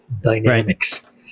dynamics